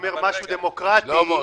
אדוני היושב-ראש,